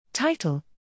Title